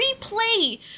replay